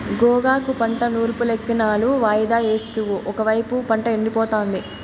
గోగాకు పంట నూర్పులింకెన్నాళ్ళు వాయిదా యేస్తావు ఒకైపు పంట ఎండిపోతాంది